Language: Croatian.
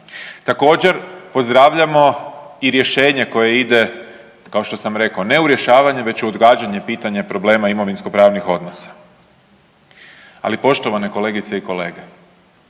Također pozdravljamo i rješenje koje ide kao što sam rekao ne u rješavanje već u odgađanje pitanja problema imovinskopravnih odnosa. Ali poštovane kolegice i kolege,